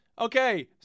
okay